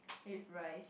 with rice